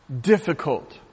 difficult